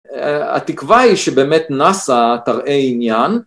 התקווה היא שבאמת נאס״א תראה עניין.